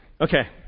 Okay